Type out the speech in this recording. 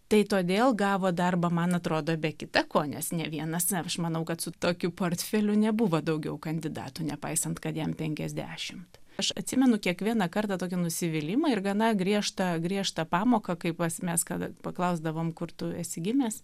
tai todėl gavo darbą man atrodo be kita ko nes ne vienas ir aš manau kad su tokiu portfeliu nebuvo daugiau kandidatų nepaisant kad jam penkiasdešimt aš atsimenu kiekvieną kartą tokį nusivylimą ir gana griežtą griežtą pamoką kaip as mes kada paklausdavom kur tu esi gimęs